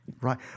right